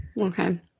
Okay